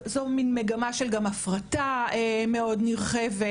זה נבע ממגמה של גם הפרטה מאוד נרחבת